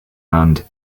and